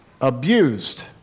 abused